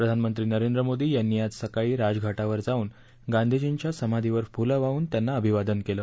प्रधानमंत्री नरेंद्र मोदी यांनी आज सकाळी राजघाटावर जाऊन गांधीजींच्या समाधीवर फुलं वाहून त्यांना अभिवादन केलं